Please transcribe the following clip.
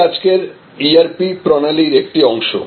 এটি আজকের ERP প্রণালীর একটি অংশ